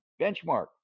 benchmark